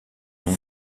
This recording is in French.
nom